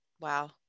Wow